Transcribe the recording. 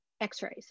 x-rays